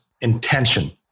intention